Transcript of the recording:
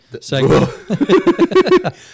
segment